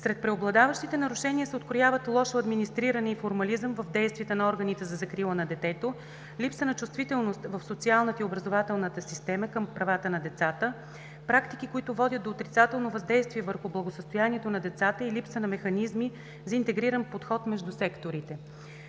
Сред преобладаващите нарушения се открояват лошо администриране и формализъм в действията на органите за закрила на детето, липса на чувствителност в социалната и образователната система към правата на децата, практики, които водят до отрицателно въздействие върху благосъстоянието на децата и липса на механизми за интегриран подход между секторите.